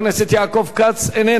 חבר הכנסת נסים זאב,